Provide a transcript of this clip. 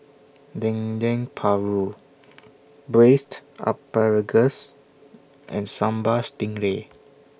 Dendeng Paru Braised Asparagus and Sambal Stingray